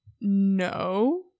no